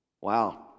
Wow